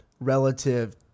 relative